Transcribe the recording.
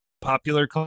popular